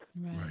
Right